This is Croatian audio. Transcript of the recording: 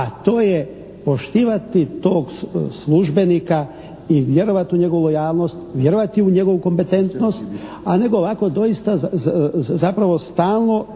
a to je poštivati tog službenika i vjerovati u njegovu lojalnost, vjerovati u njegovu kompetentnost a nego ovako doista zapravo stalno,